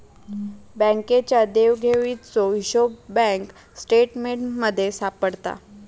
बँकेच्या देवघेवीचो हिशोब बँक स्टेटमेंटमध्ये सापडता